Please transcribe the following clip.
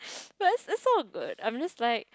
but it's it's all good I'm just like